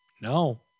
No